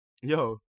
yo